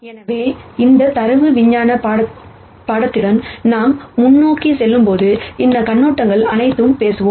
எனவே இந்த data science பாடத்திட்டத்துடன் நாம் முன்னோக்கி செல்லும்போது அந்த கண்ணோட்டங்கள் அனைத்தும் பேசுவோம்